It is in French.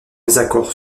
désaccord